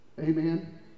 Amen